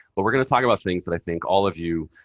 but we're going to talk about things that i think all of you